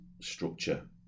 structure